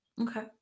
Okay